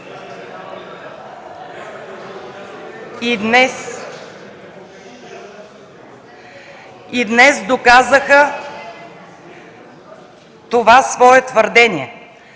И днес доказаха това свое твърдение.